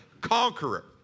conqueror